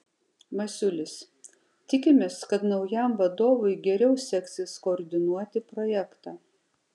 masiulis tikimės kad naujam vadovui geriau seksis koordinuoti projektą